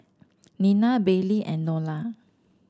Nena Baylie and Nolan